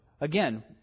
again